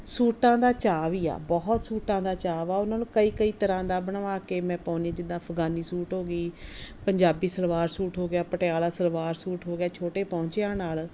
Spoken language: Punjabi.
ਸੂਟਾਂ ਦਾ ਚਾਅ ਵੀ ਆ ਬਹੁਤ ਸੂਟਾਂ ਦਾ ਚਾਅ ਵਾ ਉਹਨਾਂ ਨੂੰ ਕਈ ਕਈ ਤਰ੍ਹਾਂ ਦਾ ਬਣਵਾ ਕੇ ਮੈਂ ਪਾਉਂਦੀ ਜਿੱਦਾਂ ਅਫ਼ਗਾਨੀ ਸੂਟ ਹੋ ਗਈ ਪੰਜਾਬੀ ਸਲਵਾਰ ਸੂਟ ਹੋ ਗਿਆ ਪਟਿਆਲਾ ਸਲਵਾਰ ਸੂਟ ਹੋ ਗਿਆ ਛੋਟੇ ਪੌਂਚਿਆਂ ਨਾਲ